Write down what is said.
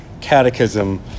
catechism